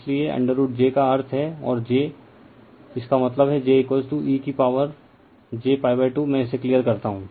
इसलिए √ j का अर्थ है और j इसका मतलब है j e कि पॉवर j π2मैं इसे क्लियर करता हूँ